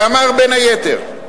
שאמר בין היתר: